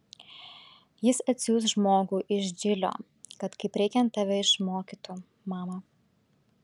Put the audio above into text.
jis atsiųs žmogų iš džilio kad kaip reikiant tave išmokytų mama